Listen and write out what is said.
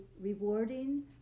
rewarding